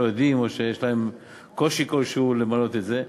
יודעים או שיש להם קושי כלשהו למלא את זה,